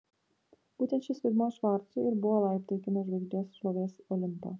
būtent šis vaidmuo švarcui ir buvo laiptai į kino žvaigždės šlovės olimpą